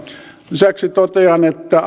lisäksi totean että